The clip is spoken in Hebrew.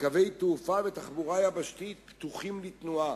וקווי תעופה ותחבורה יבשתית פתוחים לתנועה.